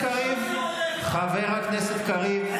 --- חבר הכנסת קריב,